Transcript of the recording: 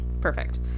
Perfect